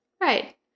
Right